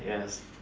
yes